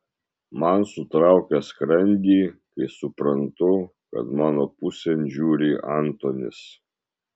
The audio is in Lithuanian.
man sutraukia skrandį kai suprantu kad mano pusėn žiūri antonis